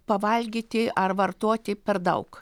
pavalgyti ar vartoti per daug